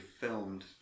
filmed